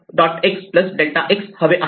x delta x हवे आहे